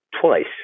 twice